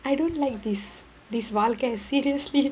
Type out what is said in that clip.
I don't like this this வாழ்க்க:vaalkka seriously